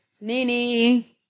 Nini